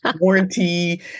warranty